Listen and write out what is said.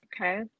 okay